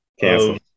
cancel